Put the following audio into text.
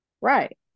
Right